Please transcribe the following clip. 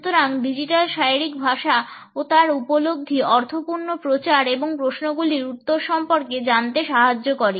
সুতরাং ডিজিটাল শারীরিক ভাষা ও তার উপলব্ধি অর্থপূর্ণ প্রচার এবং প্রশ্নগুলির উত্তর সম্পর্কে জানতে সাহায্য করে